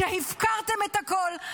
שהפקרתם את הכול.